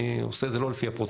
אני עושה את זה לא לפי הפרוטוקול